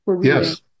Yes